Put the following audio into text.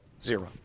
Zero